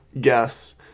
guess